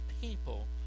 people